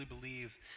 believes